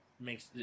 makes